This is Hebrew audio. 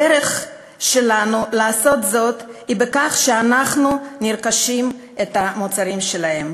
הדרך שלנו לעשות זאת היא בכך שנרכוש את המוצרים שלהם.